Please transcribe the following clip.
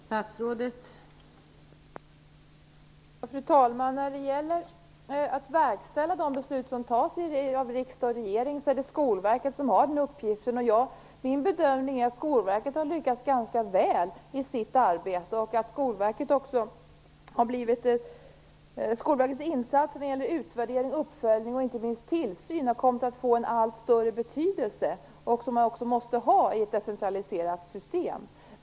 Fru talman! Det är Skolverket som har uppgiften att verkställa de beslut som fattas av regering och riksdag. Min bedömning är att Skolverket har lyckats ganska väl i sitt arbete och att Skolverkets insatser när det gäller utvärdering, uppföljning och inte minst tillsyn har kommit att få en allt större betydelse, vilket de också måste ha i ett decentraliserat system.